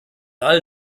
all